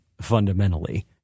fundamentally